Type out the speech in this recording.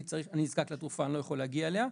אני נזקק לתרופה, אני לא יכול להגיע אליה.